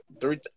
three